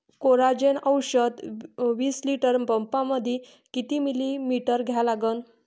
Coragen औषध विस litre पंपामंदी किती मिलीमिटर घ्या लागन?